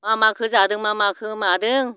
मा माखो जादों मा माखो मादों